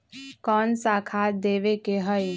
कोन सा खाद देवे के हई?